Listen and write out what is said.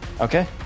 Okay